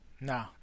No